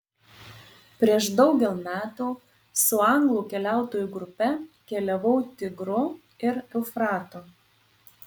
prieš daugel metų su anglų keliautojų grupe keliavau tigru ir eufratu